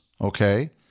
okay